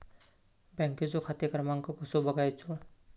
बँकेचो खाते क्रमांक कसो बगायचो?